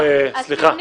לא, לא, סליחה.